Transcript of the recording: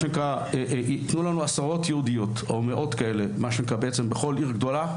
תנו לנו עשרות יהודיות או מאות כאלה בכל עיר גדולה,